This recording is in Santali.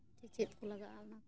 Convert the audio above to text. ᱥᱮ ᱪᱮᱫ ᱠᱚ ᱞᱟᱜᱟᱜᱼᱟ ᱚᱱᱟ ᱠᱚ